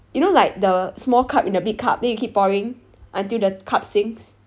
you know like the small cup in the big cup then you keep pouring until the cup sinks